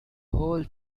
whole